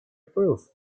prof